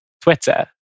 Twitter